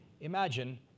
imagine